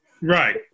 Right